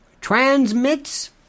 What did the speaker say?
transmits